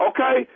Okay